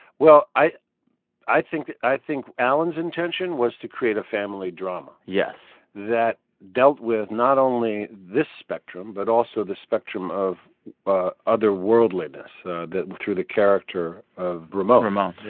well, i i think that i think alan's intention was to create a family drama. yes. that dealt with not only this spectrum but also the spectrum of ah otherworldliness through the character of ramon. ramon, yeah.